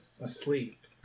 asleep